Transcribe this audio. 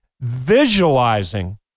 visualizing